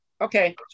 Okay